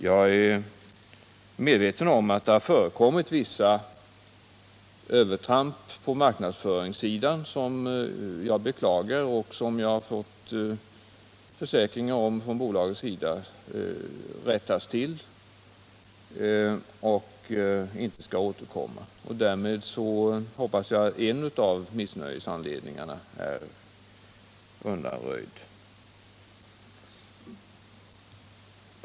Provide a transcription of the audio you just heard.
Jag är medveten om att det har förekommit vissa övertramp på marknadsföringssidan som jag beklagar och som bolaget försäkrat mig skall rättas till och icke upprepas. Därmed hoppas jag att en av missnöjesanledningarna är undanröjd.